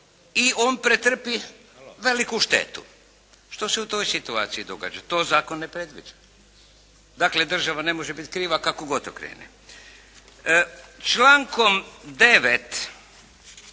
i on pretrpi veliku štetu. Što se u toj situaciji događa? To zakon ne predviđa. Dakle država ne može biti kriva kako god okrene. Člankom 9.